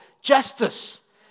Justice